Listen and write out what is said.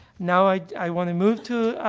now i i want to move to, ah,